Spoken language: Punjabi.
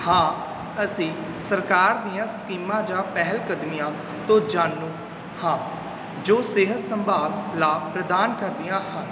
ਹਾਂ ਅਸੀਂ ਸਰਕਾਰ ਦੀਆਂ ਸਕੀਮਾਂ ਜਾਂ ਪਹਿਲਕਦਮੀਆਂ ਤੋਂ ਜਾਣੂ ਹਾਂ ਜੋ ਸਿਹਤ ਸੰਭਾਲ ਲਾਭ ਪ੍ਰਦਾਨ ਕਰਦੀਆਂ ਹਨ